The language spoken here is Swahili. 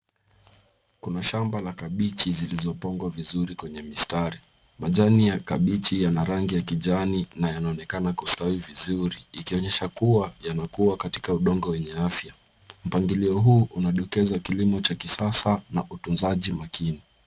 Kuna shamba la kabichi zilizopangwa vizuri kwenye mistari. Majani ya kibichi yana rangi ya kijani na yanaonekana kustawi vizuri ikionyesha kuwa yanakuwa katika udongo wenye afya. Mpangilio huu unadokeza kilimo cha kisasa na utunzaji makini.